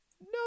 no